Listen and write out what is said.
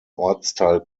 ortsteil